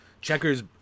Checkers